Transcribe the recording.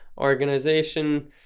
organization